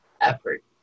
effort